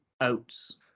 oats